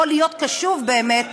או להיות קשוב באמת גם,